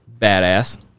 badass